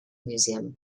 museum